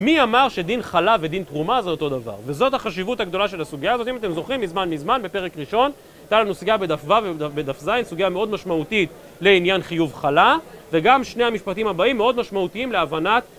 מי אמר שדין חלה ודין תרומה זה אותו דבר? וזאת החשיבות הגדולה של הסוגיה הזאת, אם אתם זוכרים, מזמן מזמן, בפרק ראשון, הייתה לנו סוגיה בדף ו' ובדף ז', סוגיה מאוד משמעותית לעניין חיוב חלה, וגם שני המשפטים הבאים מאוד משמעותיים להבנת...